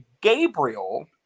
Gabriel